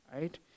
Right